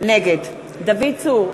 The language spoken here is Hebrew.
נגד דוד צור,